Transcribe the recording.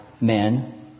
men